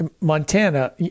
Montana